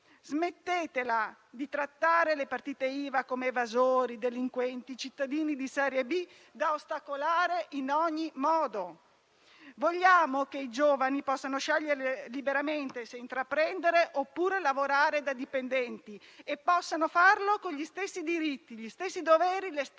Smettetela di trattare le partite IVA come evasori, delinquenti, cittadini di serie B, da ostacolare in ogni modo. Vogliamo che i giovani possano scegliere liberamente se intraprendere, oppure lavorare da dipendenti e possano farlo con gli stessi diritti, gli stessi doveri e le stesse